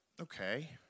okay